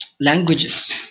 languages